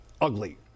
ugly